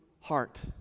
heart